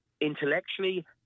intellectually